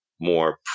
more